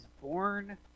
born